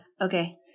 Okay